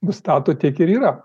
nustato tiek ir yra